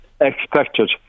expected